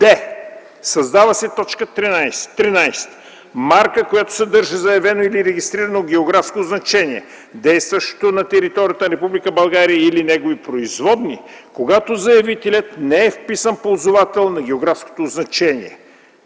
д) създава се т. 13: „13. марка, която съдържа заявено или регистрирано географско означение, действащо на територията на Република България, или негови производни, когато заявителят не е вписан ползвател на географското означение.”